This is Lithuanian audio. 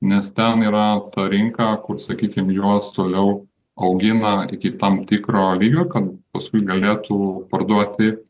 nes ten yra ta rinka kur sakykim juos toliau augina iki tam tikro lygio kad paskui galėtų parduoti